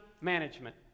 management